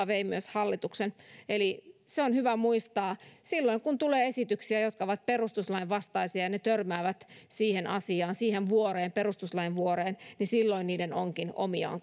vei myös hallituksen se on hyvä muistaa silloin kun tulee esityksiä jotka ovat perustuslain vastaisia ja ne törmäävät siihen asiaan siihen vuoreen perustuslain vuoreen niin silloin ne ovatkin omiaan